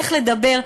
איך לדבר,